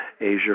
asia